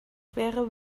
wäre